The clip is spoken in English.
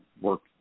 work